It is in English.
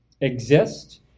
exist